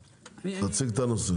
תציג את הנושא.